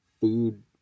food